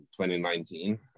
2019